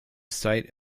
site